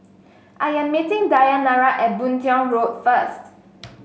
I am meeting Dayanara at Boon Tiong Road first